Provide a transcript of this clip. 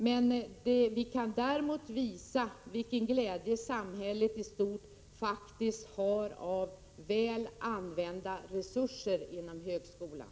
Däremot kan vi påvisa den glädje som samhället i stort faktiskt har av väl använda resurser inom högskolan.